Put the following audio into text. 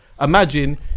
imagine